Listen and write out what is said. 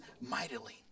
mightily